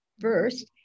first